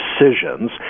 decisions